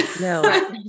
no